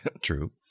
True